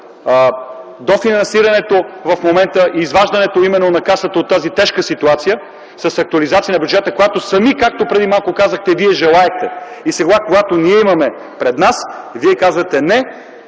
дофинансирането в момента, изваждането именно на Касата от тази тежка ситуация, с актуализация на бюджета, която сами, както преди малко казахте – вие желаехте. И сега, когато ние я имаме пред нас, вие казвате –